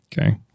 okay